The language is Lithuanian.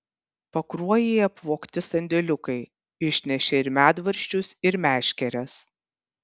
pakruojyje apvogti sandėliukai išnešė ir medvaržčius ir meškeres